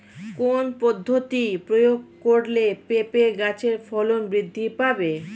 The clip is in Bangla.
কোন পদ্ধতি প্রয়োগ করলে পেঁপে গাছের ফলন বৃদ্ধি পাবে?